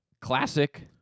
Classic